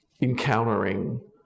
encountering